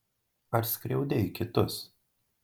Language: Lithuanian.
ar skriaudei kitus